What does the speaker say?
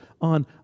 on